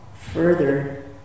further